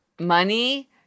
money